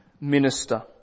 minister